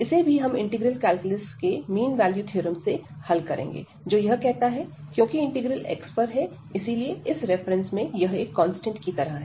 इसे भी हम इंटीग्रल कैलकुलस के मीन वैल्यू थ्योरम से हल करेंगे जो यह कहता है क्योंकि इंटीग्रल x पर है इसलिए इस रेफरेंस में यह एक कांस्टेंट की तरह है